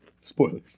spoilers